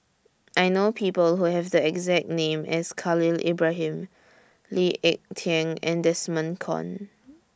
I know People Who Have The exact name as Khalil Ibrahim Lee Ek Tieng and Desmond Kon